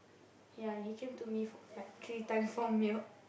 ya he came to me for like three times for milk